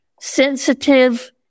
sensitive